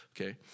okay